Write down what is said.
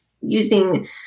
using